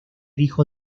hijo